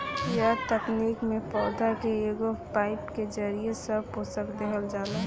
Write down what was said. ए तकनीक में पौधा के एगो पाईप के जरिये सब पोषक देहल जाला